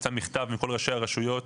יצא מכתב מכל ראשי הרשויות